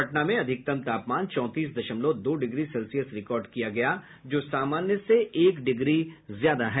पटना में अधिकतम तापमान चौंतीस दशमलव दो डिग्री सेल्सियस रिकार्ड किया गया जो सामान्य से एक डिग्री ऊपर है